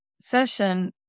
session